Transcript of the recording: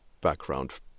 background